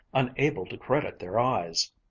unable to credit their eyes.